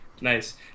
nice